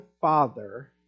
Father